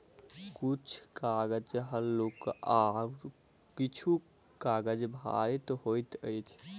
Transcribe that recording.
किछु कागज हल्लुक आ किछु काजग भारी होइत अछि